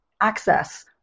access